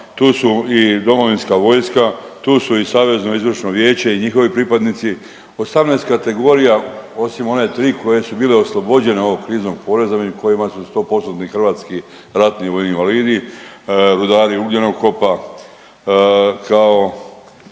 tu su i domovinska vojska, tu su i Savezno izvršno vijeće i njihovi pripadnici, 18 kategorija osim one 3 koje su bile oslobođene ovog kriznog poreza među kojima su 100%-tni HRVI, rudari ugljenokopa, kao